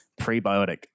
prebiotic